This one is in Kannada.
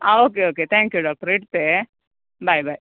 ಹಾಂ ಓಕೆ ಓಕೆ ತ್ಯಾಂಕ್ ಯು ಡಾಕ್ಟ್ರೇ ಇಡ್ತೇ ಬಾಯ್ ಬಾಯ್